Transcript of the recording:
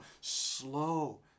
slow